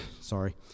sorry